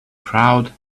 crowd